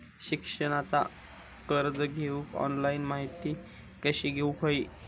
शिक्षणाचा कर्ज घेऊक ऑनलाइन माहिती कशी घेऊक हवी?